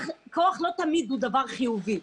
לא תמיד כוח הוא דבר חיובי,